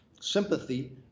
sympathy